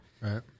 Right